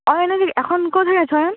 অয়ন এখন কোথায় আছে অয়ন